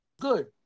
good